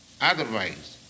Otherwise